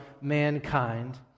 mankind